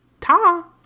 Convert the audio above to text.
Ta